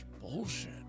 bullshit